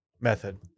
method